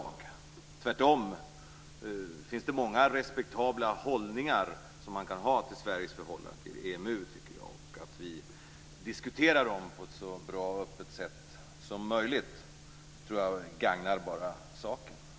Jag tycker tvärtom att det finns många respektabla hållningar som man kan ha i fråga om Sveriges förhållande till EMU. Att vi diskuterar dessa på ett så bra och öppet sätt som möjligt tror jag bara gagnar saken.